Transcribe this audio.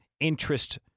interest